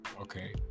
Okay